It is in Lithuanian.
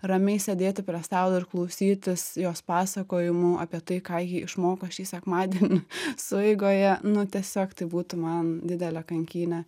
ramiai sėdėti prie stalo ir klausytis jos pasakojimų apie tai ką ji išmoko šį sekmadienį sueigoje nu tiesiog tai būtų man didelė kankynė